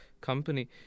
company